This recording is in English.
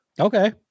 Okay